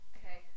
Okay